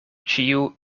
ĉiu